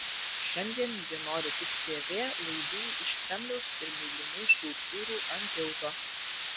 šiandien jie nori tik tv laidų iš kremliaus ir mylimų skulptūrų ant tilto